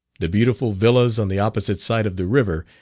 the beautiful villas on the opposite side of the river,